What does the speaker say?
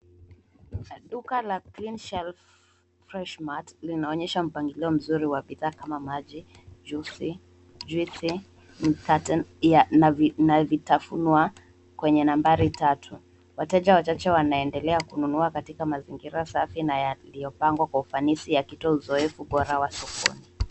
Duka la Cleanshelf Freshmart linaonyesha mpangilio mzuri wa bidhaa kama: maji, juisi, mikate na vitafunio kwenye nambari tatu. Wateja wachache wanaendelea kununua katika mazingira safi na yaliyopangwa kwa ufanisi yakitoa uzoefu bora wa sokoni.